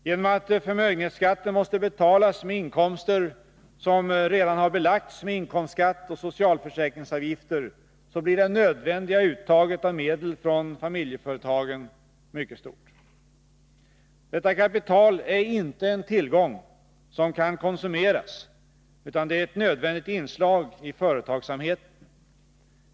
Genom att förmögenhetsskatten måste betalas med inkomster som redan har belagts med inkomstskatt och socialförsäkringsavgifter blir det nödvändiga uttaget av medel från familjeföretagen mycket stort. Detta kapital är inte en tillgång som kan konsumeras, utan det är ett nödvändigt inslag i företagsamheten.